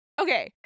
okay